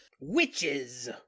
Witches